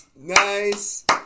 Nice